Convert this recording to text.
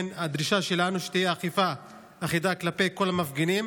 הדרישה שלנו היא שתהיה אכיפה אחידה כלפי כל המפגינים,